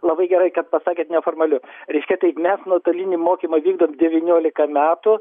labai gerai kad pasakėt neformaliu reiškia tai mes nuotolinį mokymą vykdom devyniolika metų